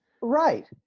Right